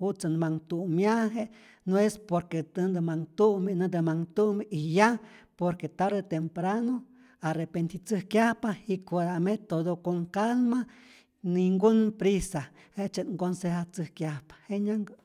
jutzä nä manh tu'myaje, no es por que näntä manh tu'mi, näntä manh tu'mi', y ya por que tarde temprano arrepentitzäjkyajpa, jikota'me' todo con calma, ningun prisa, jejtzye't nconsejatzäjkyajpa, jenyanhkä.